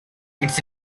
its